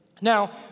Now